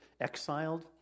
exiled